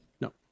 No